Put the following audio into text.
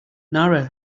nara